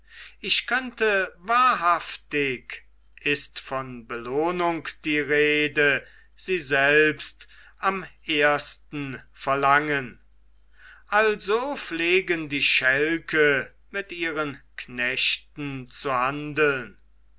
ich könnte wahrhaftig ist von belohnung die rede sie selbst am ersten verlangen also pflegen die schälke mit ihren knechten zu handeln